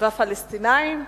והפלסטינים,